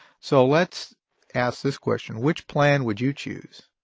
so let's ask this question. which plan would you choose?